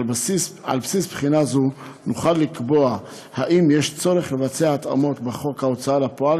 על בסיס בחינה זו נוכל לקבוע אם יש צורך לבצע התאמות בחוק ההוצאה לפועל,